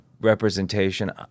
representation